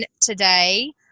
today